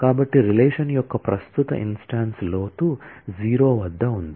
కాబట్టి రిలేషన్ యొక్క ప్రస్తుత ఇన్స్టాన్స్ లోతు 0 వద్ద ఉంది